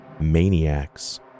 maniacs